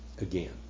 again